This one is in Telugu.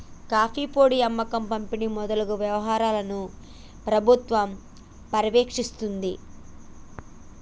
కాఫీ పొడి అమ్మకం పంపిణి మొదలగు వ్యవహారాలను ప్రభుత్వం పర్యవేక్షిస్తుంది